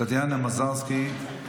טטיאנה מזרסקי,